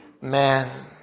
man